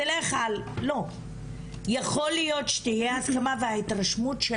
יכול להיות שתהיה הסכמה וההתרשמות של